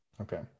Okay